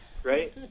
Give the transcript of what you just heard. right